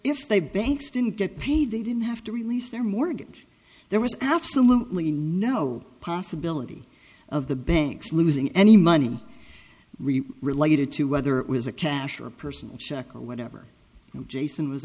if they banks didn't get paid they didn't have to release their mortgage there was absolutely no possibility of the banks losing any money related to whether it was a cash or a personal check or whatever and jason was